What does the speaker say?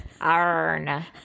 Arn